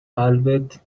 قلبت